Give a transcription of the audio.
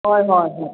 ꯍꯣꯏ ꯍꯣꯏ ꯍꯣꯏ